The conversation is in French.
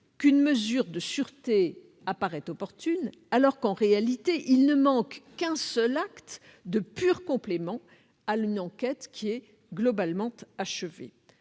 qu'une mesure de sûreté paraît opportune, alors que, en réalité il ne manque qu'un seul acte de pur complément à une enquête globalement achevée.